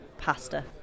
Pasta